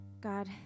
God